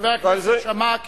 שחבר הכנסת שאמה,